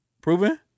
proven